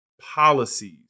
policies